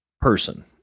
person